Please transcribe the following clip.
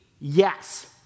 yes